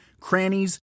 crannies